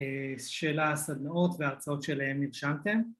‫שאלה על הסדנאות וההרצאות שלהם, ‫נרשמתם?